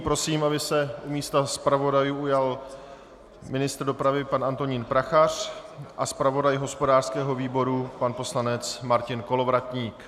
Prosím, aby zaujali místa u stolku zpravodajů ministr dopravy pan Antonín Prachař a zpravodaj hospodářského výboru pan poslanec Martin Kolovratník.